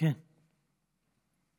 קציצות היו עושים מאיתנו.